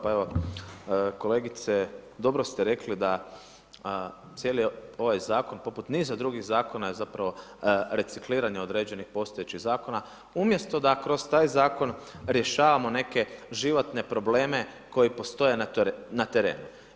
Pa evo kolegice dobro ste rekli da cijeli ovaj zakon poput niza drugih zakona je recikliranje određenih postojećih zakona, umjesto da kroz zakon rješavamo neke životne probleme koji postoje na terenu.